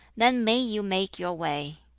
then may you make your way.